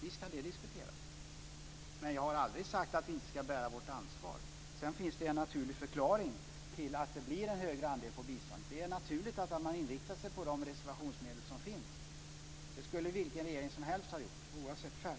Visst kan det diskuteras, men jag har aldrig sagt att vi inte ska ta vårt ansvar. Sedan finns det en naturlig förklaring till att det blir en högre andel på biståndet. Det är naturligt att man inriktar sig på de reservationsmedel som finns. Det skulle vilken regeringen som helst ha gjort, oavsett färg.